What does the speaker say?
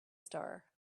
star